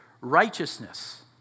righteousness